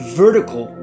vertical